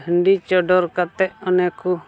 ᱦᱟᱺᱰᱤ ᱪᱚᱰᱚᱨ ᱠᱟᱛᱮᱫ ᱚᱱᱮ ᱠᱚ